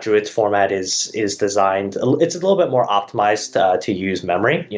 druid's format is is designed it's a little bit more optimized to use memory.